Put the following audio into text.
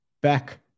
back